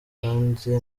kandi